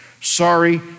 Sorry